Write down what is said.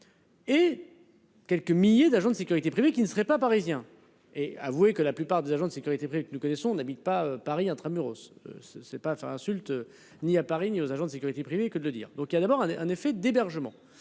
Et. Quelques milliers d'agents de sécurité privés qui ne serait pas parisien. Et avouez que la plupart des agents de sécurité privés que nous connaissons n'habite pas Paris intra-muros ce ce n'pas faire insulte. Ni à Paris ni aux agents de sécurité privée que de le dire, donc il y a d'abord un effet d'hébergement.